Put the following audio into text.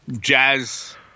jazz –